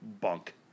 bunk